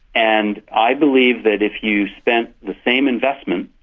and i believe that if you spent the same investment,